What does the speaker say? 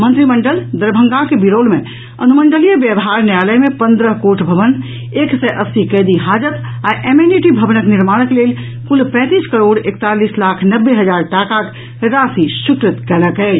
मंत्रिमंडल दरभंगाक बिरौल मे अनुमंडलीय व्यवहार न्यायालय मे पन्द्रह कोर्ट भवन एक सय अस्सी कैदी हाजत आ एमेनिटी भवनक निर्माणक लेल कुल पैंतीस करोड़ एकतालीस लाख नब्बे हजार टाकाक राशि स्वीकृत कयलक अछि